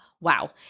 Wow